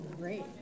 great